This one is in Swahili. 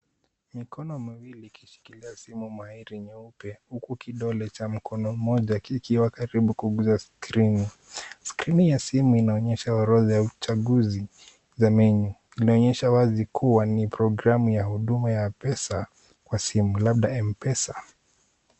Mikono miwili ikishikilia simu mairi nyeupe huku kidole cha mkono mmoja kikiwa karibu kuguza skirini. Skirini ya simu inaonyesha orodha ya uchagizi za menu inaonyesha wazi kuwa ni programu ya huduma ya pesa kwa simu labda mpesa.